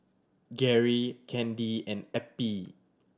Gerry Candy and Eppie